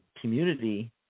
community